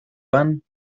pan